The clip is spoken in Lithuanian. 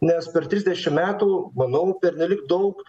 nes per trisdešim metų manau pernelyg daug